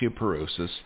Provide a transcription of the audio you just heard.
osteoporosis